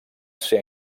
ser